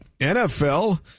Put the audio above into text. NFL